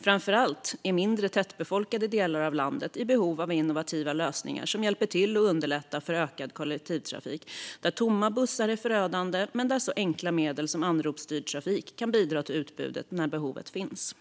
Framför allt är mindre tätbefolkade delar av landet i behov av innovativa lösningar som hjälper till att underlätta för utökad kollektivtrafik när tomma bussar är förödande men så enkla saker som anropsstyrd trafik kan bidra till utbudet när behovet finns.